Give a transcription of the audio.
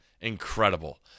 incredible